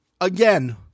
Again